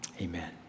Amen